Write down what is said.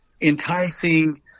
enticing